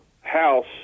house